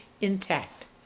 intact